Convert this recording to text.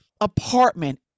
apartment